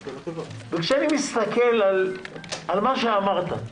ו'זה ההיגיון', וכשאני מסתכל על מה שאמרת,